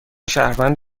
شهروند